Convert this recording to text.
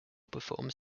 performs